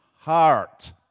heart